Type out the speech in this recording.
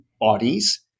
bodies